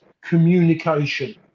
Communication